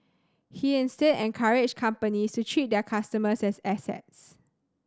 he instead encouraged companies to treat their customers as assets